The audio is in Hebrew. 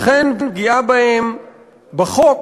לכן פגיעה בהם בחוק